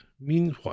Meanwhile